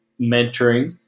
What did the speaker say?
mentoring